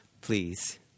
please